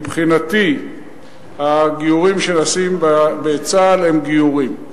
מבחינתי הגיורים שנעשים בצה"ל הם גיורים.